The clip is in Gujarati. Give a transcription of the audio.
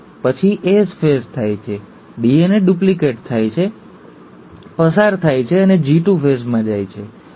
પછી એસ ફેઝ થાય છે ડીએનએ ડુપ્લિકેટ થાય છે પસાર થાય છે G 2 ફેઝમાં જાય છે ખરું ને